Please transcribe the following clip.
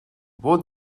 what